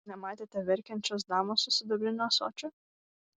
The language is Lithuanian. nematėte verkiančios damos su sidabriniu ąsočiu